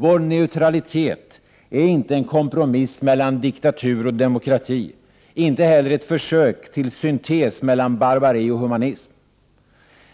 Vår neutralitet är inte en kompromiss mellan diktatur och demokrati, inte heller ett försök till syntes mellan barbari och humanism.